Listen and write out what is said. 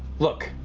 look,